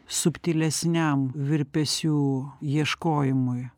subtilesniam virpesių ieškojimui